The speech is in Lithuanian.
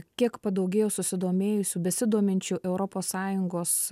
kiek padaugėjo susidomėjusių besidominčių europos sąjungos